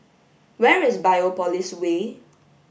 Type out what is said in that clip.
where is Biopolis Way